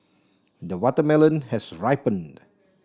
the watermelon has ripened